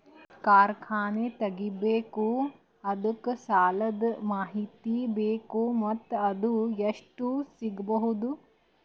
ಕಾರ್ಖಾನೆ ತಗಿಬೇಕು ಅದಕ್ಕ ಸಾಲಾದ ಮಾಹಿತಿ ಬೇಕು ಮತ್ತ ಅದು ಎಷ್ಟು ಸಿಗಬಹುದು?